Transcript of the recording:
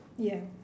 ya